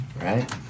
right